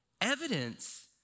Evidence